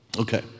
Okay